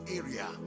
area